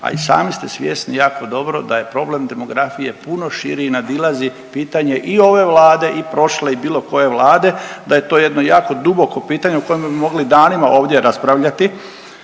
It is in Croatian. a i sami ste svjesni jako dobro da je problem demografije puno širi i nadilazi pitanje i ove Vlade i prošle i bilo koje Vlade da je to jedno jako duboko pitanje o kojem bi mogli danima ovdje raspravljati